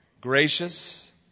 gracious